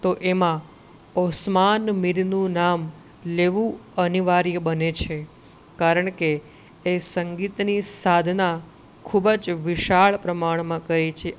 તો એમાં ઓસમાણ મીરનું નામ લેવું અનિવાર્ય બને છે કારણકે એ સંગીતની સાધના ખૂબ જ વિશાળ પ્રમાણમાં કરે છે